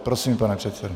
Prosím, pane předsedo.